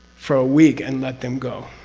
for a week and let them go.